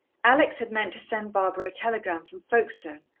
alex had meant to send barbara a telegram from folkestone,